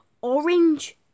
Orange